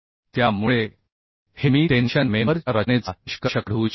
त्यामुळे हे मी टेन्शन मेंबर च्या रचनेचा निष्कर्ष काढू इच्छितो